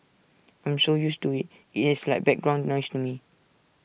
I am so used to IT it is like background noise to me